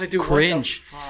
cringe